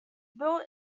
built